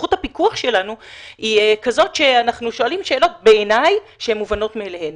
סמכות הפיקוח שלנו היא כזאת שאנחנו שואלים שאלות שהן מובנות מאליהן.